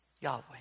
Yahweh